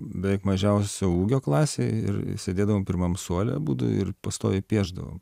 beveik mažiausio ūgio klasėj ir sėdėdavom pirmam suole abudu ir pastoviai piešdavom